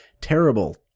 terrible